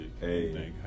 Hey